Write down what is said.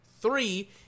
Three